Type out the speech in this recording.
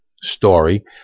story